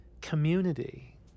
community